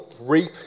reap